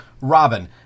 Robin